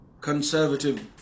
conservative